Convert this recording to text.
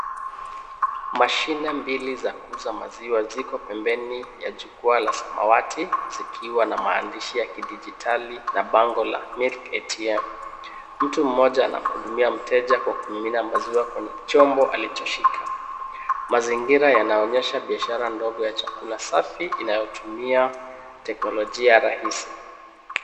Mashine mbili za kuuza maziwa ziko pembeni ya jukwaa la samawati, zikiwa na maandishi ya kidijitali na bango la milk atm . Mtu mmoja anamhudumia mteja kwa kumimina maziwa kwenye chombo alichoshika. Mazingira yanaonyesha biashara ndogo ya chakula safi inayotumia teknolojia rahisi.